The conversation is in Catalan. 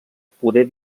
poder